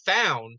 found